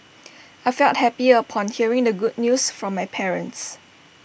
I felt happy upon hearing the good news from my parents